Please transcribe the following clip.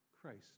Christ